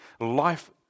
life